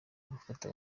gufata